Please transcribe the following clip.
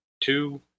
Two